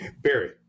Barry